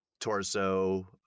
torso